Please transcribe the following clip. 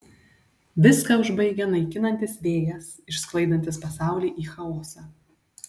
viską užbaigia naikinantis vėjas išsklaidantis pasaulį į chaosą